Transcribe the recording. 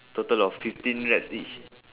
total of fifteen reps each